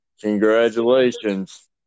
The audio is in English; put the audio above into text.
Congratulations